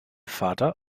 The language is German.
vater